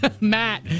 Matt